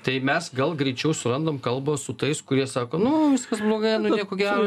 tai mes gal greičiau surandam kalbą su tais kurie sako nu viskas blogai nu nieko gero